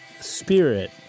spirit